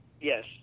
yes